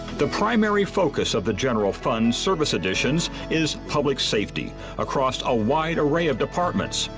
the primary focus of the general fund service editions is public safety across a wide array of departments.